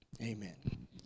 amen